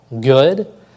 good